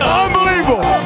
unbelievable